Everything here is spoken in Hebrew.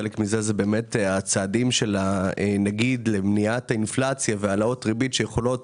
חלק מזה זה הצעדים למניעת האינפלציה והעלאות הריבית שיכולות